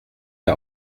der